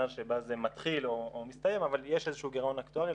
שבה זה מתחיל או מסתיים אבל יש איזשהו גירעון אקטוארי.